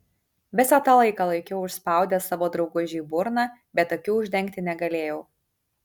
visą tą laiką laikiau užspaudęs savo draugužei burną bet akių uždengti negalėjau